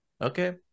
Okay